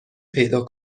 پیدا